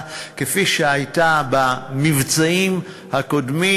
היא כפי שהייתה במבצעים הקודמים.